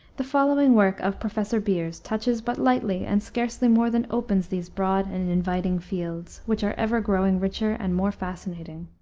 the following work of professor beers touches but lightly and scarcely more than opens these broad and inviting fields, which are ever growing richer and more fascinating.